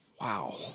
Wow